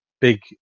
big